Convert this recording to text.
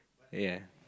ya